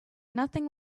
nothing